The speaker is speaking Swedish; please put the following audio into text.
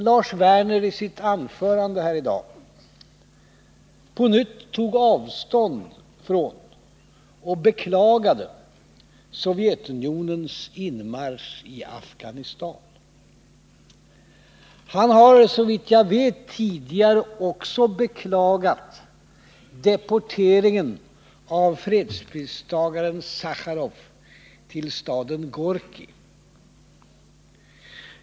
Lars Werner tog i sitt anförande här i dag på nytt avstånd från och beklagade Sovjetunionens inmarsch i Afghanistan. Han har såvitt jag vet tidigare också beklagat deporteringen av fredspristagaren Sacharov till staden Gorkij.